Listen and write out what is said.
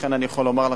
לכן אני יכול לומר לך,